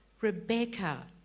Rebecca